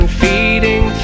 feeding